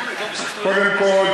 קודם כול,